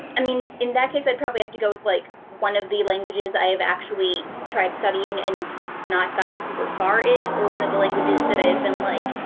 i mean, in that case i'd probably have to go with, like, one of the languages i have actually tried studying and not gotten super far in, or one of the languages that i have been like,